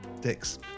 Dicks